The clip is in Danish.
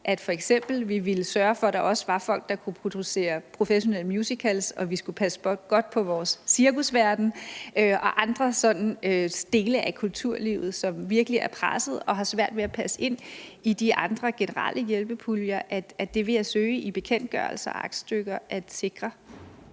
F.eks. at vi ville sørge for, at der også var folk, der kunne producere professionelle musicals, og at vi skulle passe godt på vores cirkusverden og andre dele af kulturlivet, som virkelig er pressede og har svært ved at passe ind i de generelle hjælpepuljer. Det vil jeg forsøge at sikre i bekendtgørelser og aktstykker. Kl.